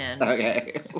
Okay